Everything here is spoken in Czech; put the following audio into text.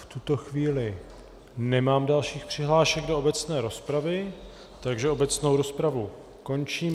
V tuto chvíli nemám dalších přihlášek do obecné rozpravy, takže obecnou rozpravu končím.